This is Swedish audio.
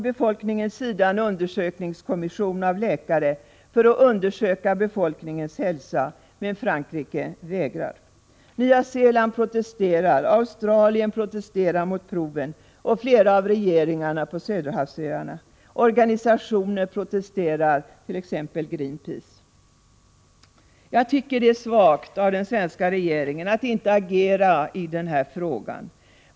Befolkningen har krävt en undersökningskommission bestående av läkare för att man skall undersöka människornas hälsa. Men Frankrike vägrar. Nya Zeeland protesterar mot proven, Australien protesterar, liksom flera av regeringarna på Söderhavsöarna. Organisationer protesterar också, t.ex. Greenpeace. Jag tycker att det är svagt av den svenska regeringen att inte agera i den här frågan.